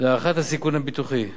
להערכת הסיכון הביטוחי.